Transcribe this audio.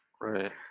Right